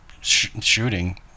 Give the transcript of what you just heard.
shooting